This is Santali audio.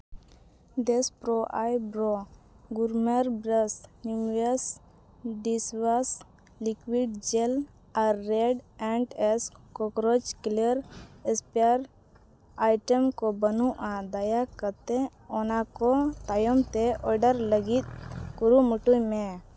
ᱫᱮᱥ ᱯᱨᱳ ᱟᱭ ᱵᱨᱚ ᱜᱩᱨᱢᱟᱨ ᱵᱨᱟᱥ ᱱᱤᱣᱩᱣᱮᱥ ᱰᱤᱥ ᱚᱣᱟᱥ ᱞᱤᱠᱩᱭᱤᱰ ᱡᱮᱞ ᱟᱨ ᱨᱮᱰ ᱮᱱᱴ ᱮᱥ ᱠᱳᱠᱨᱳᱡᱽ ᱠᱞᱤᱭᱟᱨ ᱮᱥᱯᱨᱮᱭ ᱟᱭᱴᱮᱢ ᱠᱚ ᱵᱟᱹᱱᱩᱜᱼᱟ ᱫᱟᱭᱟ ᱠᱟᱛᱮ ᱚᱱᱟ ᱠᱚ ᱛᱟᱭᱚᱢ ᱛᱮ ᱚᱰᱟᱨ ᱞᱟᱹᱜᱤᱫ ᱠᱩᱨᱩᱢᱩᱴᱩᱭ ᱢᱮ